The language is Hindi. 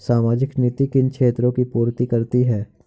सामाजिक नीति किन क्षेत्रों की पूर्ति करती है?